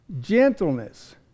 gentleness